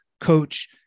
coach